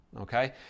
Okay